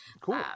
Cool